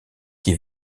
qui